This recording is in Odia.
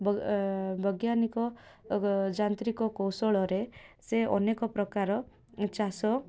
ବ ବୈଜ୍ଞାନିକ ଯାନ୍ତ୍ରିକ କୌଶଳରେ ସେ ଅନେକ ପ୍ରକାର ଚାଷ